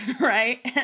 right